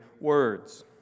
words